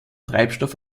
treibstoff